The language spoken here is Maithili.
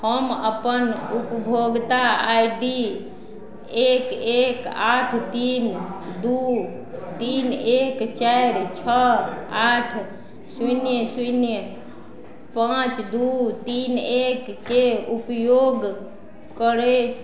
हम अपन उपभोक्ता आइ डी एक एक आठ तीन दू तीन एक चारि छओ आठ शून्य शून्य पाँच दू तीन एक के उपयोग करैत